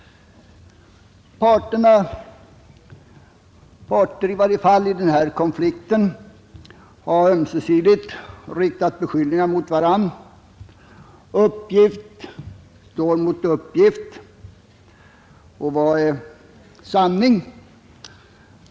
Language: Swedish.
Parterna, i varje fall parter i denna konflikt, har ömsesidigt riktat beskyllningar mot varandra. Uppgift står mot uppgift, och frågan är: Vad är sanning?